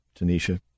Tanisha